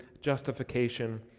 justification